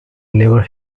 never